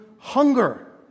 Hunger